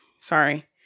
Sorry